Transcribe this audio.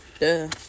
Duh